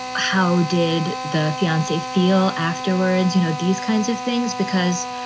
how did the fiancee feel afterwards? you know, these kinds of things, because